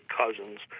cousins